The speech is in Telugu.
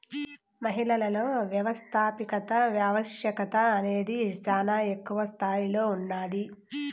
మహిళలలో వ్యవస్థాపకత ఆవశ్యకత అనేది శానా ఎక్కువ స్తాయిలో ఉన్నాది